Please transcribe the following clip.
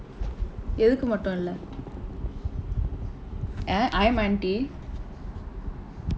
எதுக்கு மட்டும் இல்லை:ethukku matdum illai eh I'm aunty